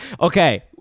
okay